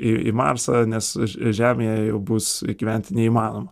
į į marsą nes žemėje bus gyventi neįmanoma